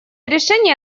решение